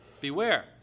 Beware